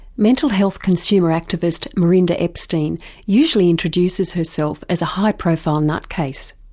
mental health consumer activist, merinda epstein usually introduces herself as a high profile nut-case.